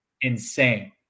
insane